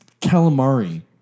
calamari